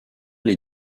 les